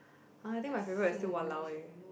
uh I think my favorite is still !walao! eh